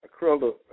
acrylic